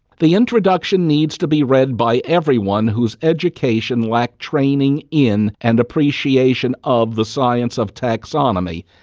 the introduction needs to be read by everyone whose education lacked training in and appreciation of the science of taxonomy.